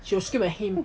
she will scream at him